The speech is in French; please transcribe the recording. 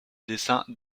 dessins